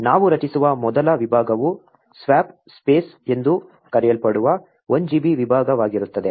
ನಾವು ರಚಿಸುವ ಮೊದಲ ವಿಭಾಗವು ಸ್ವಾಪ್ ಸ್ಪೇಸ್ ಎಂದು ಕರೆಯಲ್ಪಡುವ 1 GB ವಿಭಾಗವಾಗಿರುತ್ತದೆ